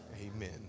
Amen